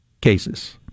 cases